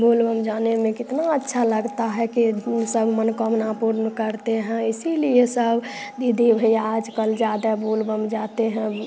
बोल बम जाने में कितना अच्छा लगता है कि सब मनोकामना पूर्ण करते है इसीलिए सब दीदी भैया आज कल ज़्यादा बोल बम जाते हैं